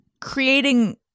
creating